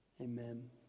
Amen